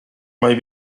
may